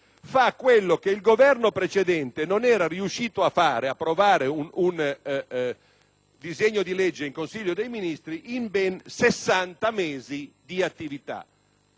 fa quello che il Governo precedente non era riuscito a fare: approvare un disegno di legge in Consiglio dei ministri in ben 60 mesi di attività.